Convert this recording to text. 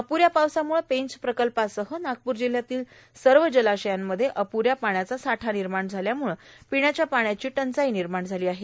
अप्र या पावसामुळं पेंच प्रकल्पासह नागपूर जिल्ह्यातील सर्व जलाशयात अप्र या पाण्याचा साठा निर्माण झाल्यामुळं पिण्याच्या पाण्याची टंचाई निर्माण झाली आहे